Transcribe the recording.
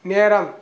நேரம்